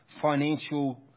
financial